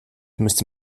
müsste